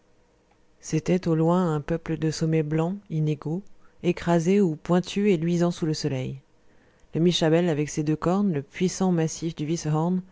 c'était au loin un peuple de sommets blancs inégaux écrasés ou pointus et luisants sous le soleil le mischabel avec ses deux cornes le puissant massif du